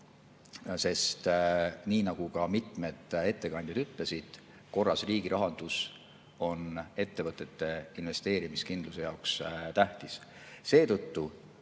Sest nii nagu ka mitmed ettekandjad ütlesid, korras riigirahandus on ettevõtete investeerimiskindluse jaoks tähtis.